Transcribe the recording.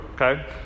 okay